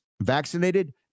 vaccinated